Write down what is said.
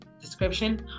description